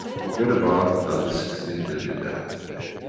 forget about the other sixteen billion they have to pay.